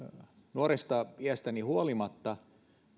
nuoresta iästäni huolimatta